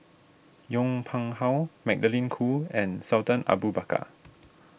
Yong Pung How Magdalene Khoo and Sultan Abu Bakar